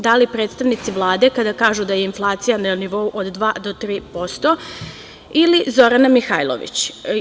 Da li predstavnici Vlade kada kažu da je inflacija na nivou od dva do tri posto ili Zorana Mihajlović?